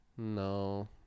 No